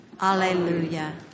Alleluia